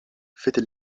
fehlte